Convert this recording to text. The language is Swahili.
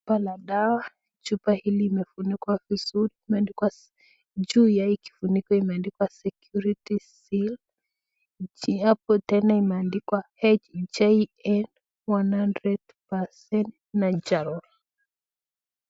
Chupa la dawa, chupa hili limefunikwa vizuri . Imeandikwa juu ya hii kifuniko imeandikwa security seal hapo tena imeandikwa HJN 100 % natural .